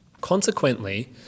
Consequently